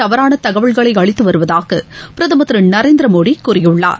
தவறான தகவல்களை அளித்து வருவதாக பிரதமர் திரு நரேந்திர மோதி கூறியுள்ளார்